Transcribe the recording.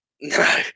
No